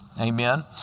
amen